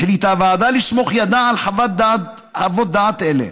החליטה הוועדה לסמוך ידה על חוות דעת אלה,